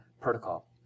protocol